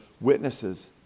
witnesses